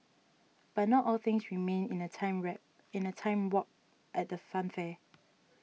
but not all things remain in a time rap in a time warp at the funfair